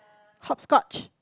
hopscotch